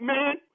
Man